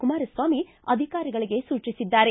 ಕುಮಾರಸ್ವಾಮಿ ಅಧಿಕಾರಿಗಳಿಗೆ ಸೂಚಿಸಿದ್ದಾರೆ